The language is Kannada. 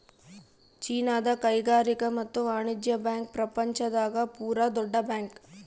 ಚೀನಾದ ಕೈಗಾರಿಕಾ ಮತ್ತು ವಾಣಿಜ್ಯ ಬ್ಯಾಂಕ್ ಪ್ರಪಂಚ ದಾಗ ಪೂರ ದೊಡ್ಡ ಬ್ಯಾಂಕ್